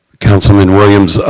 councilman williams,